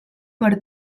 per